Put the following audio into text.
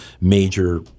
major